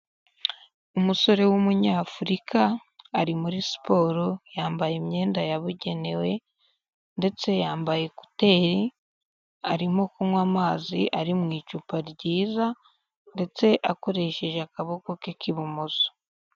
Umusore w'umunyafurika ari muri siporo yambaye imyenda yabugenewe ndetse yambaye kuteri arimo kunywa amazi ari mu icupa ryiza ndetse akoresheje akaboko ke k'ibumoso.